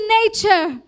nature